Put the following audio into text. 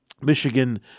Michigan